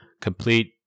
complete